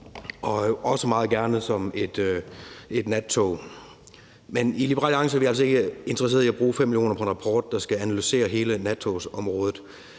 også meget gerne som et nattog. Men i Liberal Alliance er vi altså ikke interesserede i at bruge 5 mio. kr. på en rapport, der skal analysere hele nattogsområdet.